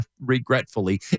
regretfully